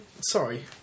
Sorry